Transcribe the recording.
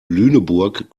lüneburg